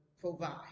provide